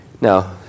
Now